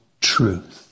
truth